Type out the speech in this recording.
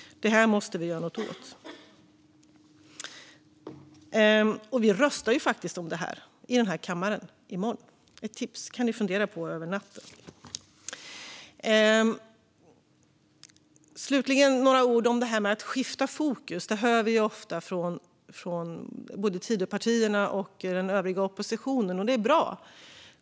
Detta måste vi göra något åt. Vi röstar ju faktiskt om detta i den här kammaren i morgon. Det är ett tips. Ni kan fundera på det över natten. Slutligen vill jag säga några ord om detta med att skifta fokus. Det hör vi ju ofta från både Tidöpartierna och den övriga oppositionen, och det är bra.